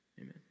Amen